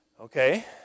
okay